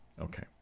okay